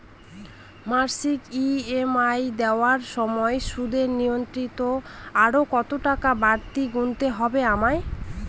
মাসিক ই.এম.আই দেওয়ার সময়ে সুদের নিমিত্ত আরো কতটাকা বাড়তি গুণতে হবে আমায়?